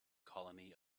colony